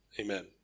Amen